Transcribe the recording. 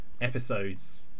episodes